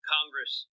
Congress